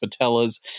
patellas